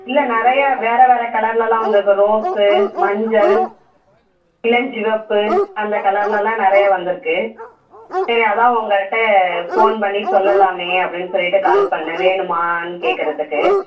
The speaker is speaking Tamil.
இல்லை நிறையா வேறு வேறு கலர்லெலாம் வந்திருக்கு ரோஸ்ஸு மஞ்சள் இளஞ்சிவப்பு அந்த கலர்லெலாம் நிறையா வந்திருக்கு சரி அதுதான் உங்கள்கிட்ட ஃபோன் பண்ணி சொல்லலாமே அப்படின்னு சொல்லிகிட்டு கால் பண்ணிணேன் வேணுமான்னு கேட்குறத்துக்கு